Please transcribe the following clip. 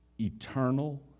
eternal